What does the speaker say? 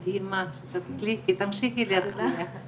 מדהימה, שתצליחי, שתמשיכי להצליח.